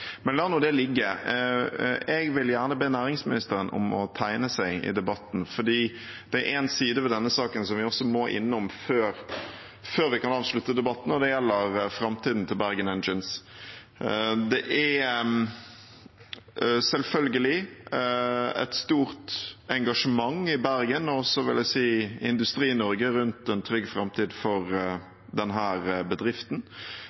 Men la nå det ligge. Jeg vil gjerne be næringsministeren om å tegne seg i debatten, for det er en side ved denne saken vi også må innom før vi kan avslutte debatten, og det gjelder framtiden til Bergen Engines. Det er selvfølgelig et stort engasjement i Bergen, og jeg vil si i Industri-Norge, rundt en trygg framtid for denne bedriften.